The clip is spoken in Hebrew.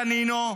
דנינו,